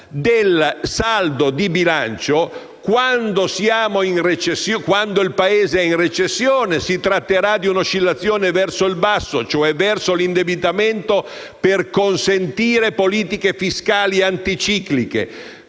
del saldo di bilancio. Quando il Paese è in recessione si tratterà di una oscillazione verso il basso, cioè verso l'indebitamento, per consentire politiche fiscali anticicliche,